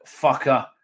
fucker